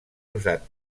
usat